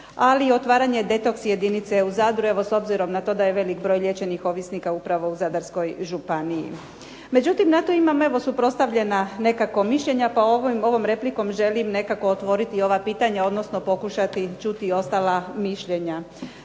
ali i otvaranje detoksi jedinice u Zadru. Evo s obzirom na to je da je velik broj liječenih ovisnika upravo u Zadarskoj županiji. Međutim na to imam evo suprotstavljena nekako mišljenja, pa ovom replikom želim nekako otvoriti ova pitanja, odnosno pokušati čuti ostala mišljenja.